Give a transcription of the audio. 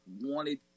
wanted